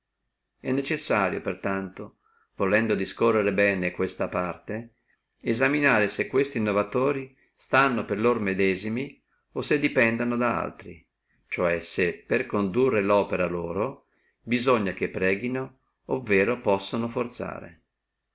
è necessario per tanto volendo discorrere bene questa parte esaminare se questi innovatori stiano per loro medesimi o se dependano da altri ciò è se per condurre lopera loro bisogna che preghino ovvero possono forzare